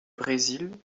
brésil